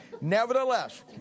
Nevertheless